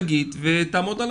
תגיד ותעמוד,